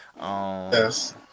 Yes